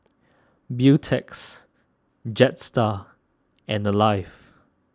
Beautex Jetstar and Alive